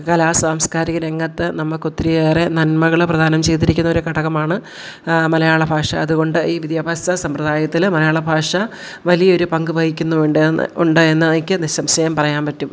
കലാസാംസ്കാരിക രംഗത്ത് നമുക്ക് ഒത്തിരിയേറെ നന്മകളെ പ്രധാനം ചെയ്തിരിക്കുന്ന ഒരു ഘടകമാണ് മലയാളഭാഷ അതുകൊണ്ട് ഈ വിദ്യാഭ്യാസ സമ്പ്രദായത്തിലെ മലയാളഭാഷ വലിയൊരു പങ്കുവഹിക്കുന്നുമുണ്ട് ഉണ്ട് എന്നെനിക്ക് നിസംശയം പറയാൻ പറ്റും